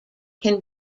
can